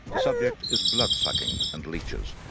the subject is blood sucking and leeches.